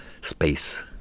space